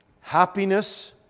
happiness